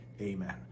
amen